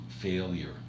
failure